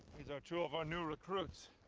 these are two of our new recruits.